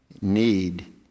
need